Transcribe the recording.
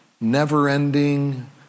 never-ending